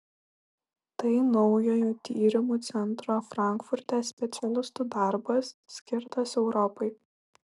tai naujojo tyrimų centro frankfurte specialistų darbas skirtas europai